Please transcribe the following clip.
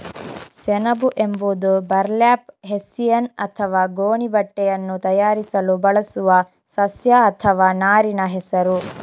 ಸೆಣಬು ಎಂಬುದು burlap, hessian ಅಥವಾ ಗೋಣಿ ಬಟ್ಟೆಯನ್ನು ತಯಾರಿಸಲು ಬಳಸುವ ಸಸ್ಯ ಅಥವಾ ನಾರಿನ ಹೆಸರು